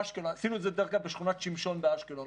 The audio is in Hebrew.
עשינו את זה דרך אגב בשכונת שמשון באשקלון,